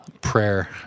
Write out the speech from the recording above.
prayer